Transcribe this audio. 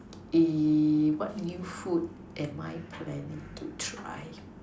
what new food am I planning to try